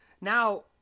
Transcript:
Now